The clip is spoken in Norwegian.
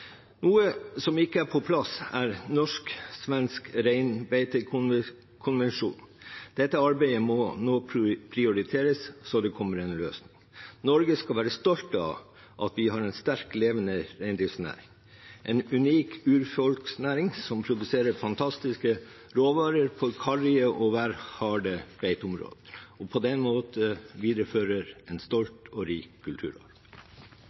Noe som ikke er på plass, er en norsk-svensk reinbeitekonvensjon. Dette arbeidet må nå prioriteres, slik at det kommer en løsning. Norge skal være stolt av at vi har en sterk, levende reindriftsnæring, en unik urfolksnæring som produserer fantastiske råvarer på karrige og værharde beiteområder – og på den måten viderefører en